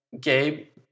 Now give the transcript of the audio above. Gabe